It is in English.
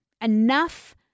enough